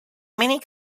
many